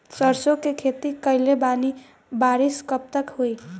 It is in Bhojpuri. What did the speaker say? सरसों के खेती कईले बानी बारिश कब तक होई?